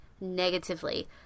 negatively